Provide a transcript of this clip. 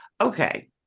okay